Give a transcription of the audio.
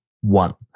one